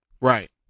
right